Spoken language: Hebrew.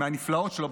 מהנפלאות שלו.